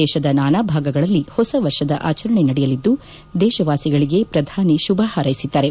ದೇಶದ ನಾನಾ ಭಾಗಗಳಲ್ಲಿ ಹೊಸ ವರ್ಷದ ಆಚರಣೆ ನಡೆಯಲಿದ್ದು ದೇಶವಾಸಿಗಳಿಗೆ ಪ್ರಧಾನಿ ಶುಭ ಹಾರೈಸಿದ್ದಾರೆ